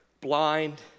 blind